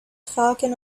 falcon